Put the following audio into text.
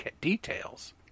details